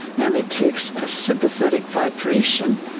and it takes a sympathetic vibration,